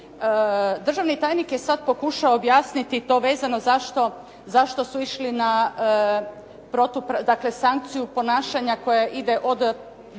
državni tajnik je sad pokušao objasniti to vezano zašto su išli na sankciju ponašanja koja ide do